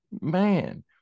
man